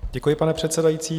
Děkuji, pane předsedající.